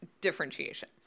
differentiation